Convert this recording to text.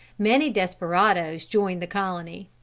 many desperadoes joined the colony.